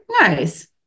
nice